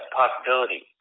possibility